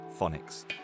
phonics